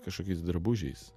kažkokiais drabužiais